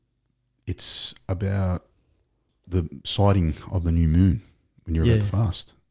it's about the siding of the new moon you're like fast.